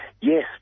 Yes